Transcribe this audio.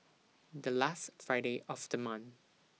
The last Friday of The month